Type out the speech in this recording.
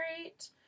great